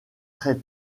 très